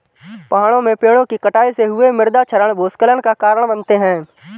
पहाड़ों में पेड़ों कि कटाई से हुए मृदा क्षरण भूस्खलन का कारण बनते हैं